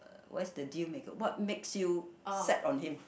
what's the deal maker what makes you set on him